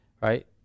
right